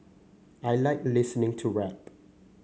I like listening to rap